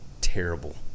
terrible